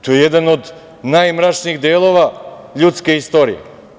To je jedan od najmračnijih delova ljudske istorije.